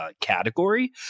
category